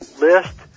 list